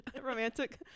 romantic